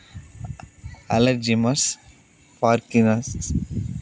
Alzheimer's Parkinson